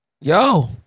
Yo